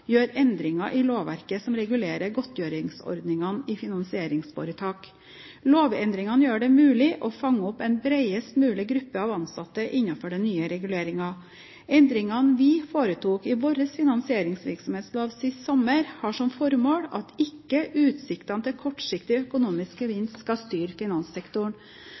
gjør endringer i lovverket som regulerer godtgjøringsordningene i finansieringsforetak. Lovendringene gjør det mulig å fange opp en bredest mulig gruppe av ansatte innenfor den nye reguleringen. Endringene vi foretok i vår finansieringsvirksomhetslov sist sommer, har som formål at ikke utsiktene til kortsiktig økonomisk gevinst skal styre finanssektoren.